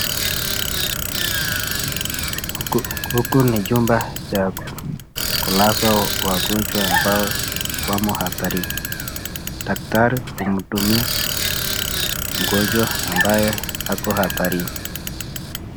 Huku ni chumba cha kulaza wagonjwa ambao wamo hatarini ,daktari anamhudumia mgonjwa ambaye ako hatarini.